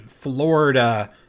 Florida